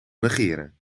negeren